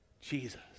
Jesus